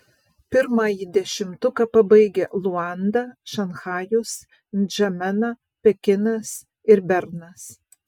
pirmąjį dešimtuką pabaigia luanda šanchajus ndžamena pekinas ir bernas